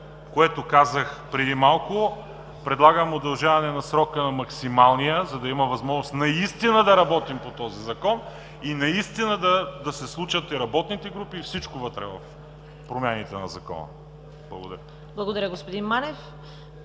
което казах преди малко, предлагам удължаване на срока – на максималния, за да има възможност наистина да работим по този Закон и да се случат и работните групи и всичко вътре в промените на Закона. Благодаря. ПРЕДСЕДАТЕЛ ЦВЕТА